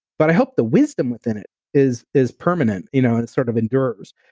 but i hope the wisdom within it is is permanent you know and sort of endures,